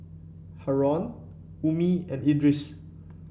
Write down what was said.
Haron Ummi and Idris